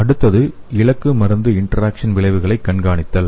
அடுத்தது இலக்கு மருந்து இன்டராக்சன் விளைவுகளை கண்காணித்தல்